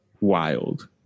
wild